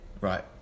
Right